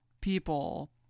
people